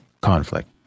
conflict